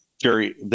Jerry